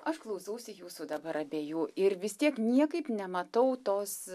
aš klausausi jūsų dabar abiejų ir vis tiek niekaip nematau tos